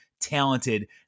talented